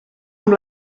amb